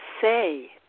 say